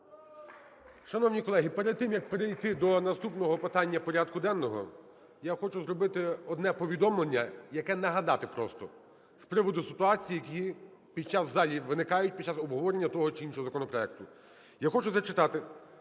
Шановні колеги, перед тим, як перейти до наступного питання порядку денного, я хочу зробити одне повідомлення, яке... нагадати просто, з приводу ситуацій, які в залі виникають під час обговорення того чи іншого законопроекту. Я хочу зачитати